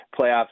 playoffs